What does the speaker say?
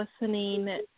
listening